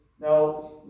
Now